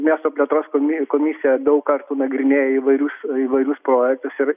miesto plėtros komi komisija daug kartų nagrinėjo įvairius įvairius projektus ir